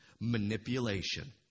Manipulation